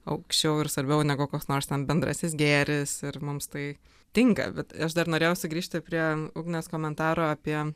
aukščiau ir svarbiau negu koks nors ten bendrasis gėris ir mums tai tinka bet aš dar norėjau sugrįžti prie ugnės komentaro apie